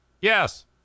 Yes